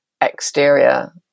exterior